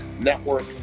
Network